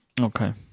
Okay